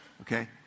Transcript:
Okay